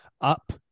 up